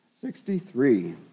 sixty-three